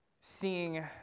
seeing